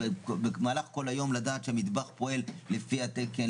במהלך כל היום לדעת שהמטבח פועל לפי התקן,